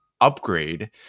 upgrade